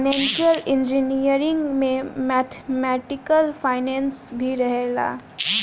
financial engineering में mathematical finance भी रहेला